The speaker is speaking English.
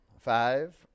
Five